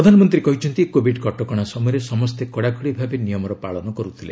ପ୍ରଧାନମନ୍ତ୍ରୀ କହିଛନ୍ତି କୋଭିଡ୍ କଟକଣା ସମୟରେ ସମସ୍ତେ କଡ଼ାକଡ଼ି ଭାବେ ନିୟମର ପାଳନ କରୁଥିଲେ